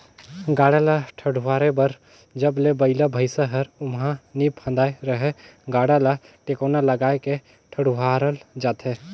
गाड़ा ल ठडुवारे बर जब ले बइला भइसा हर ओमहा नी फदाय रहेए गाड़ा ल टेकोना लगाय के ठडुवारल जाथे